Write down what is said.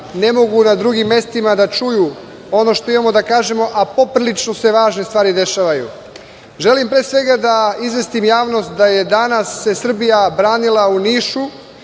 ne mogu na drugim mestima da čuju ono što imamo da kažemo, a poprilično se važne stvari dešavaju. Želim pre svega da izvestim javnost da je danas se Srbija branila u Nišu,